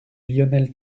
lionel